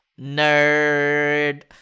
Nerd